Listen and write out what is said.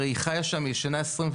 הרי היא חיה שם והיא ישנה שם,